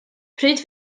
pryd